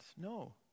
No